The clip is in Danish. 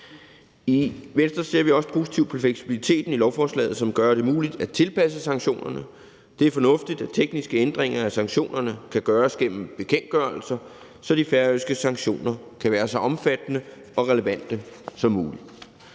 I Venstre ser vi også positivt på fleksibiliteten i lovforslaget, som gør det muligt at tilpasse sanktionerne. Det er fornuftigt, at tekniske ændringer af sanktionerne kan foretages gennem bekendtgørelser, så de færøske sanktioner kan være så omfattende og relevante som muligt.